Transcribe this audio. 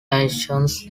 nations